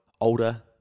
older